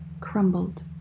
crumbled